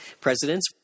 presidents